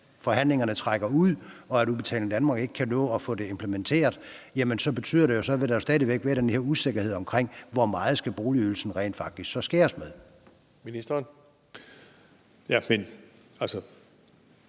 forhandlingerne trækker ud og Udbetaling Danmark ikke kan nå at få implementeret det, betyder det jo, at der stadig vil være den her usikkerhed om, hvor meget boligydelsen så rent faktisk skal skæres ned